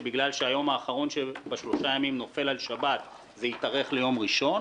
ובגלל שהיום האחרון בשלושת הימים נופל על שבת זה יתארך ליום ראשון,